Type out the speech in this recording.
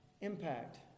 impact